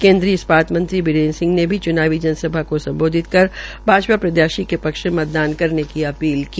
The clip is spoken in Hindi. केंद्रीय ईस्पात मंत्री बिरेंद्र सिंह ने भी च्नावी जनसभा को संबोधित कर भाजपा प्रत्यासी के पक्ष में मतदान करने की अपील की